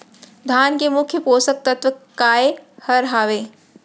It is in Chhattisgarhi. धान के मुख्य पोसक तत्व काय हर हावे?